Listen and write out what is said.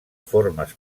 formes